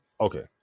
okay